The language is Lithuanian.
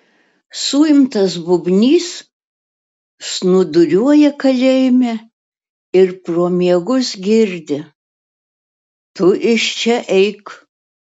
suimtas bubnys snūduriuoja kalėjime ir pro miegus girdi tu iš čia eik